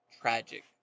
tragic